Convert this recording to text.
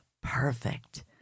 Perfect